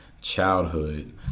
childhood